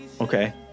Okay